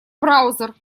браузер